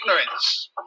ignorance